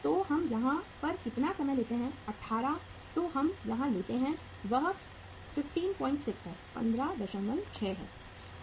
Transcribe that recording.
तो हम यहाँ पर कितना समय लेते हैं 18 तो हम यहाँ लेते हैं वह 156 है